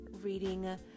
reading